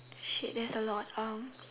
shit there's a lot